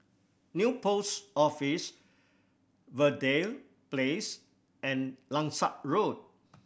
New Post Office Verde Place and Langsat Road